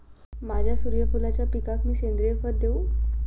माझ्या सूर्यफुलाच्या पिकाक मी सेंद्रिय खत देवू?